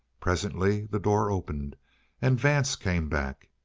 presently the door opened and vance came back.